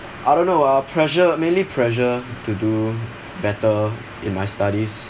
I don't know uh pressure mainly pressure to do better in my studies